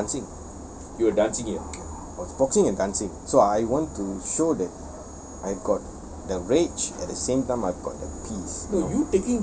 and dancing I was boxing and dancing so I want to show that I got the rage at the same time I've got the peace